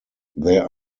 there